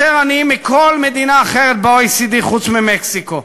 יותר עניים מכל מדינה אחרת ב-OECD חוץ ממקסיקו,